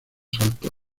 saltos